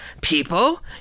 people